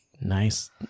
Nice